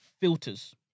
filters